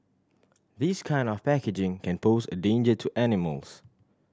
this kind of packaging can pose a danger to animals